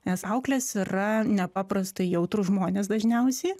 nes auklės yra nepaprastai jautrūs žmonės dažniausiai